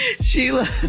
Sheila